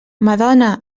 madona